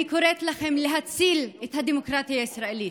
אני קוראת לכם להציל את הדמוקרטיה הישראלית.